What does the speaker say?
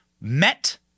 met